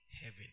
heaven